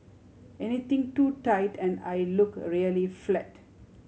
anything too tight and I look really flat